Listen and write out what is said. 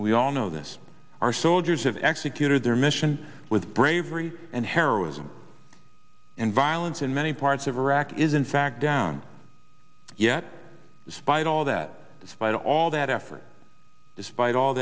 we all know this our soldiers have executed their mission with bravery and heroism and violence in many parts of iraq is in fact down yet despite all that despite all that effort despite all